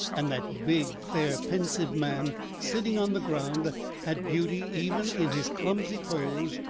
and that big, fair, pensive man sitting on the ground had beauty even in his clumsy pose,